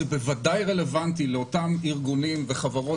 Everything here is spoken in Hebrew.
זה בוודאי רלוונטי לאותם ארגונים וחברות